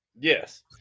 yes